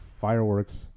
fireworks